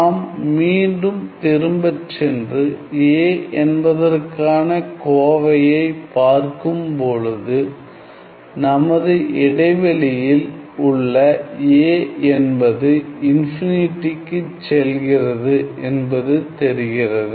நாம் மீண்டும் திரும்ப சென்று a என்பதற்கான கோவையை பார்க்கும் பொழுது நமது இடைவெளியில் உள்ள a என்பது இன்ஃபினிட்டிக்கு செல்கிறது என்பது தெரிகிறது